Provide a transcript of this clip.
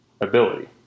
ability